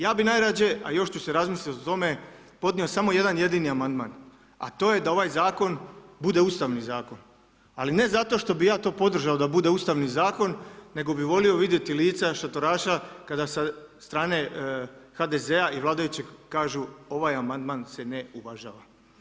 Ja bi najradije a još ću si razmisliti o tome, podnio samo jedan jedini amandman a to je da ovaj zakon bude ustavni zakon ali ne zato što bi ja to podržao da to bude ustavni zakon nego bi volio vidjeti lica šatoraša kada sa strane HDZ-a i vladajućih kažu ovaj amandman se ne uvažava.